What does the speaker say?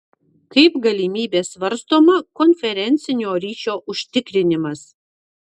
kaip galimybė svarstoma konferencinio ryšio užtikrinimas